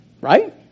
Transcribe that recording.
Right